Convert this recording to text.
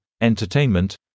entertainment